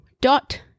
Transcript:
dot